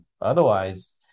Otherwise